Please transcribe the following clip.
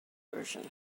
version